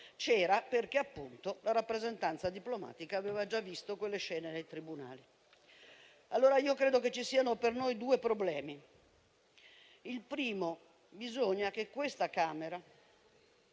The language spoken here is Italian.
c'era perché la rappresentanza diplomatica aveva già visto quelle scene nei tribunali. Credo allora che ci siano per noi due problemi. Il primo: bisogna che questa Camera